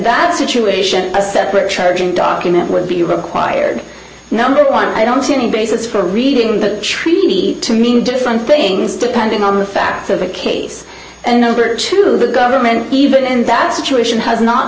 that situation a separate charging document would be required number one i don't see any basis for reading the treaty to mean different things depending on the facts of the case and over to the government even in that situation has not